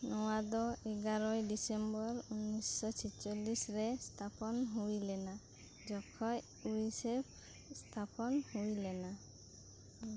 ᱱᱚᱣᱟ ᱫᱚ ᱮᱜᱟᱨᱳᱭ ᱰᱤᱥᱮᱢᱵᱚᱨ ᱩᱱᱱᱤᱥᱥᱚ ᱪᱷᱮᱪᱪᱚᱞᱞᱤᱥ ᱨᱮ ᱥᱛᱷᱟᱯᱚᱱ ᱦᱩᱭ ᱞᱮᱱᱟ ᱡᱚᱠᱷᱚᱡ ᱤᱭᱩᱱᱤᱥᱮᱯᱷ ᱥᱛᱷᱟᱯᱚᱱ ᱦᱩᱭ ᱞᱮᱱᱟ